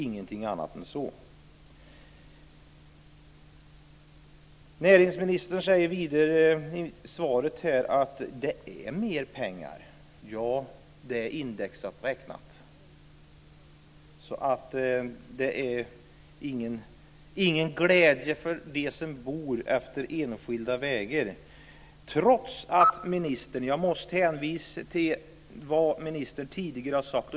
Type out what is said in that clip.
Näringsministern säger vidare i svaret att det är mer pengar. Ja, det är indexuppräknat. Det ger ingen glädje för dem som bor efter enskilda vägar. Jag måste hänvisa till vad ministern tidigare har sagt.